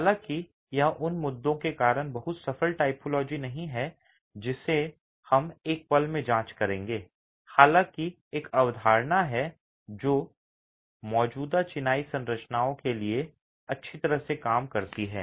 हालाँकि यह उन मुद्दों के कारण बहुत सफल टाइपोलॉजी नहीं है जिन्हें हम एक पल में जांच लेंगे हालाँकि एक अवधारणा है जो मौजूदा चिनाई संरचनाओं के लिए अच्छी तरह से काम करती है